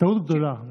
טעות גדולה.